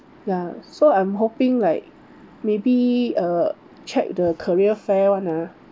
ya so I'm hoping like maybe uh check the career fair one ah